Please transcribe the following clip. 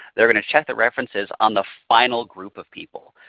they're going to check the references on the final group of people.